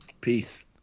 Peace